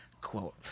Quote